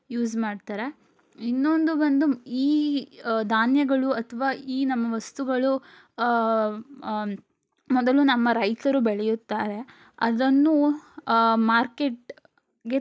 use ಮಾಡ್ತಾರೆ ಇನ್ನೊಂದು ಬಂದು ಈ ಧಾನ್ಯಗಳು ಅಥವಾ ಈ ನಮ್ಮ ವಸ್ತುಗಳು ಮೊದಲು ನಮ್ಮ ರೈತರು ಬೆಳೆಯುತ್ತಾರೆ ಅದನ್ನು ಮಾರ್ಕೆಟಿಗೆ